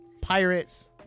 pirates